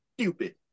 stupid